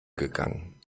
gegangen